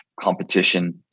competition